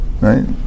right